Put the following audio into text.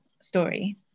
story